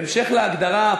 בהמשך להגדרה,